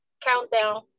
Countdown